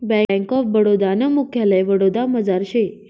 bank of Baroda नं मुख्यालय वडोदरामझार शे